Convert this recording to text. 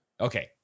Okay